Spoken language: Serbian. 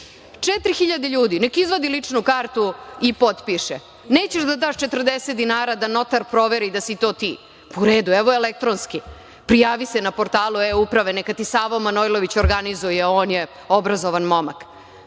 ljudi, neka izvade ličnu kartu i potpiše. Nećeš da daš 40 dinara da notar proveri da si to ti, u redu, evo, elektronski, prijavi se na portalu e-Uprave i neka ti Savo Manojlović organizuje, on je obrazovan momak,